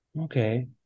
okay